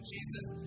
Jesus